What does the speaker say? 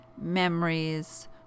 memories